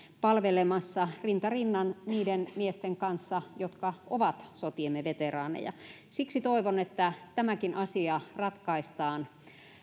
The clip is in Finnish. palvelemassa rinta rinnan niiden miesten kanssa jotka ovat sotiemme veteraaneja siksi toivon että tämäkin asia ratkaistaan